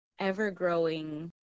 ever-growing